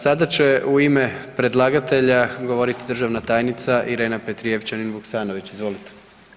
Sada će u ime predlagatelja govoriti državna tajnica Irena Petrijevčanin Vuksanović, izvolite.